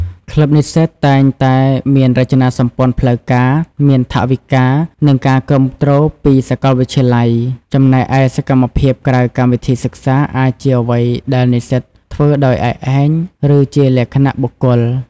ក្លឹបនិស្សិតតែងតែមានរចនាសម្ព័ន្ធផ្លូវការ មានថវិកា និងការគាំទ្រពីសាកលវិទ្យាល័យ ចំណែកឯសកម្មភាពក្រៅកម្មវិធីសិក្សាអាចជាអ្វីដែលនិស្សិតធ្វើដោយឯកឯង ឬជាលក្ខណៈបុគ្គល។